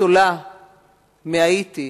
ניצולה מהאיטי,